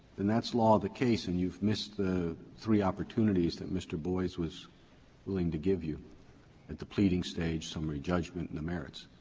then that's law of the case and you've missed the three opportunities that mr. boies was willing to give you at the pleading stage, summary judgment, and the merits.